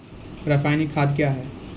रसायनिक खाद कया हैं?